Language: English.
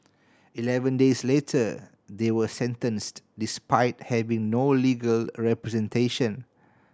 eleven days later they were sentenced despite having no legal representation